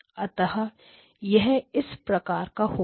अतः यह इस प्रकार होगा